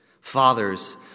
Fathers